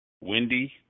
Wendy